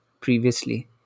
previously